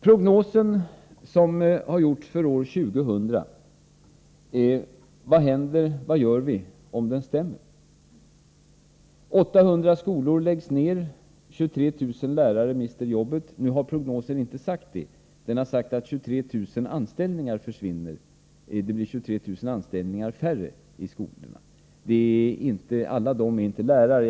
Prognosen som har gjorts för år 2000 — vad händer och vad gör vi om den stämmer? 800 skolor läggs ned, 23 000 lärare mister jobbet. Nu har prognosen inte sagt detta. Den har sagt att 23 000 anställningar försvinner — att det blir 23 000 anställningar färre i skolan. Alla dessa anställningar är inte lärartjänster.